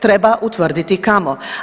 Treba utvrditi kamo.